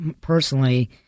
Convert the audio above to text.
personally